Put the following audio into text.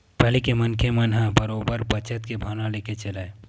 पहिली के मनखे मन ह बरोबर बचत के भावना लेके चलय